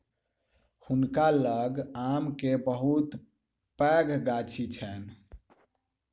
हुनका लग आम के बहुत पैघ गाछी छैन